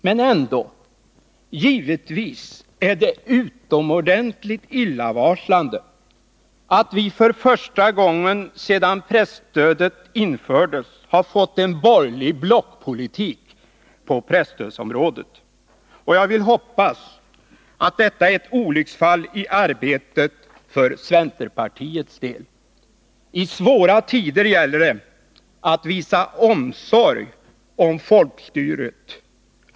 Men ändå är det givetvis utomordentligt illavarslande att vi för första gången sedan presstödet infördes har fått borgerlig blockpolitik på presstödsområdet. Jag vill hoppas att detta är ett olycksfall i arbetet för centerpartiets del. I svåra tider gäller det att visa omsorg om folkstyret.